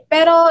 Pero